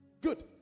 Good